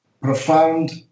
profound